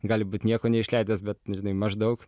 gali būt nieko neišleidęs bet žinai maždaug